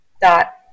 Dot